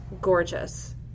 gorgeous